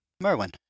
Merwin